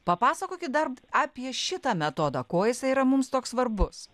papasakokit dar apie šitą metodą kuo jisai yra mums toks svarbus